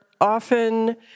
often